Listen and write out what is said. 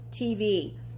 TV